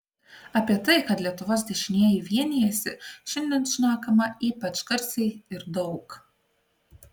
apie tai kad lietuvos dešinieji vienijasi šiandien šnekama ypač garsiai ir daug